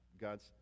God's